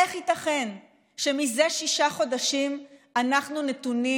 איך ייתכן שזה שישה חודשים אנחנו נתונים